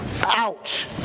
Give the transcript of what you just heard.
Ouch